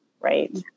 right